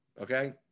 okay